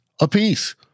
apiece